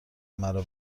مرا